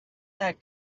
that